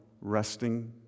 resting